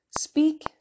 speak